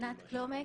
ענת קלומק,